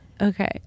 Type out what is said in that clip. Okay